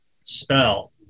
spell